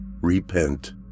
repent